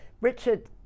Richard